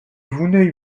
vouneuil